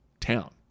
town